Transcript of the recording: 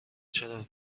چرا